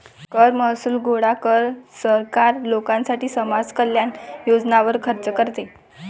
कर महसूल गोळा कर, सरकार लोकांसाठी समाज कल्याण योजनांवर खर्च करते